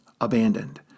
abandoned